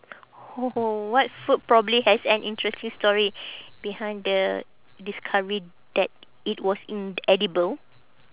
what food probably has an interesting story behind the discovery that it was ind~ edible